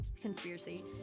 conspiracy